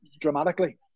dramatically